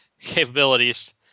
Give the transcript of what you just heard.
capabilities